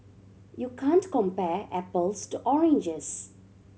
you can't compare apples to oranges